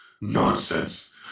Nonsense